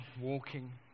walking